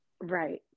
Right